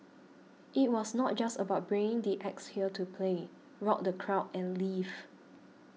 it was not a just about bringing the acts here to play rock the crowd and leave